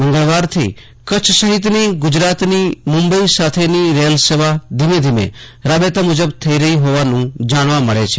મંગળવારથી કચ્છ સહિતના ગુજરાતની મુંબઈ સાથેનો રેલ સેવા ધીમે ધીમે રાબેતા મુજબ થઇ રહી હોવાનું જાણવા મળે છે